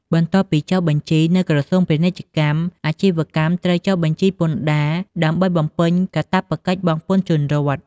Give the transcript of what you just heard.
បន្ទាប់ពីចុះបញ្ជីនៅក្រសួងពាណិជ្ជកម្ម អាជីវកម្មត្រូវចុះបញ្ជីពន្ធដារ ដើម្បីបំពេញកាតព្វកិច្ចបង់ពន្ធជូនរដ្ឋ។